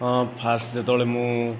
ହଁ ଫାଷ୍ଟ ଯେତେବେଳେ ମୁଁ